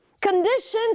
Conditions